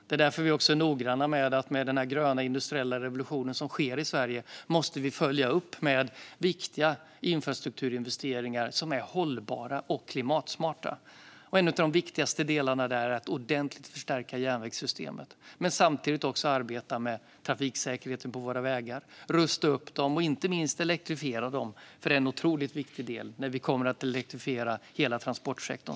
Det är därför som vi också är noggranna med att med den gröna industriella revolution som sker i Sverige måste vi följa upp med viktiga infrastrukturinvesteringar som är hållbara och klimatsmarta. En av de viktigaste delarna där är att ordentligt förstärka järnvägssystemet men samtidigt också arbeta med trafiksäkerheten på våra vägar, rusta upp dem och inte minst elektrifiera dem, vilket är en otroligt viktig del när vi kommer att elektrifiera hela transportsektorn.